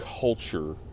culture